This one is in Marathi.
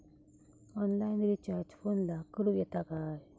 ऑनलाइन रिचार्ज फोनला करूक येता काय?